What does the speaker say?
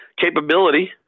capability